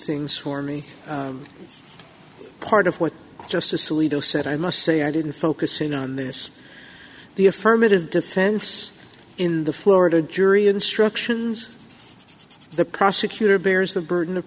things for me part of what justice alito said i must say i didn't focus in on this the affirmative defense in the florida jury instructions the prosecutor bears the burden of